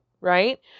right